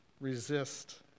resist